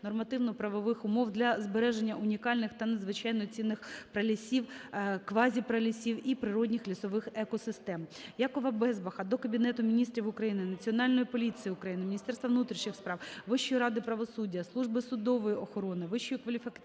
нормативно-правових умов для збереження унікальних та надзвичайно цінних пралісів, квазіпралісів і природних лісових екосистем. Якова Безбаха до Кабінету Міністрів України, Національної поліції України, Міністерства внутрішніх справ, Вищої ради правосуддя, Служби судової охорони, Вищої кваліфікаційної